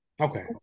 Okay